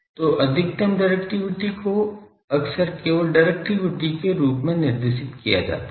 तो अधिकतम डिरेक्टिविटी को अक्सर केवल डिरेक्टिविटी के रूप में संदर्भित किया जाता है